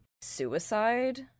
suicide